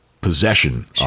possession